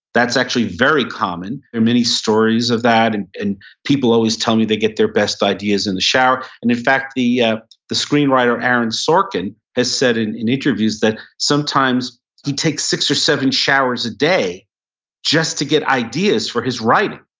that's actually very common. there are many stories of that and and people always tell me they get their best ideas in the shower. and in fact, the yeah the screenwriter aaron sorkin has said in in interviews that sometimes he takes six or seven showers a day just to get ideas for his writing.